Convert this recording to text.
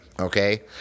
okay